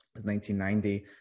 1990